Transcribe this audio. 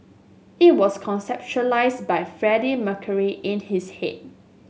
it was conceptualised by Freddie Mercury in his head